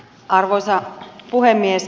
arvoisa puhemies